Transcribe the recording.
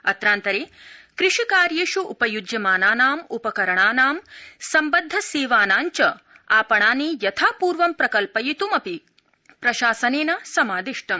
अत्रान्तरे कृषि कार्येष् उपय्ज्यमानाना उपकरणानां सम्बद्ध सेवानां च आपणानि यथापूर्व प्रकल्पयित्रं अपि प्रशासनेन समादिष्टम्